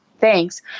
thanks